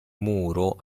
muro